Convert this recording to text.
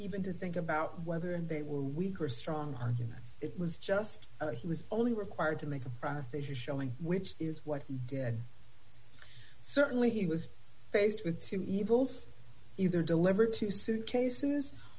even to think about whether and they were weak or strong arguments it was just he was only required to make a profit you're showing which is what did certainly he was faced with two evils either deliver two suitcases